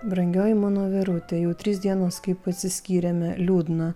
brangioji mano vėrutė jau trys dienos kaip atsiskyrėme liūdna